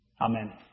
amen